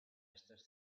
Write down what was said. estas